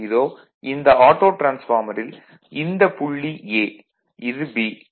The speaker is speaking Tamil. இதோ இந்த ஆட்டோ டிரான்ஸ்பார்மரில் இந்த புள்ளி A இது B மற்றும் இது C